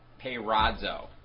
perazo